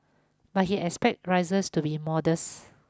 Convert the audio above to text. but he expects rises to be modest